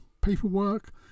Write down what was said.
paperwork